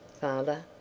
father